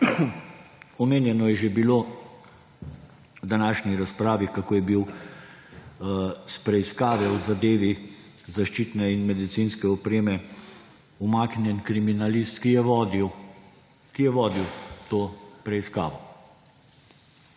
Omenjeno je že bilo v današnji razpravi, kako je bil s preiskave o zadevi zaščitne in medicinske opreme umaknjen kriminalist, ki je vodil to preiskavo.